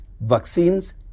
vaccines